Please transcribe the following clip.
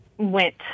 went